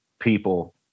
people